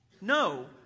No